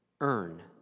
earn